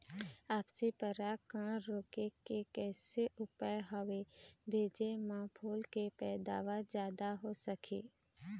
आपसी परागण रोके के कैसे उपाय हवे भेजे मा फूल के पैदावार जादा हों सके?